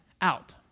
out